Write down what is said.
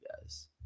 guys